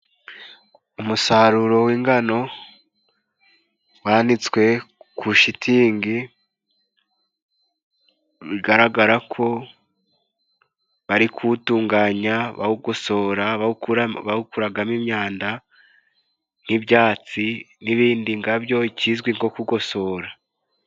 Umusaruro w'ingano wanitswe ku shitingi bigaragara ko bari kuwutunganya, bawukosora bawukuragamo imyanda nk'ibyatsi n'ibindi ngabyo kizwi nko kugosora.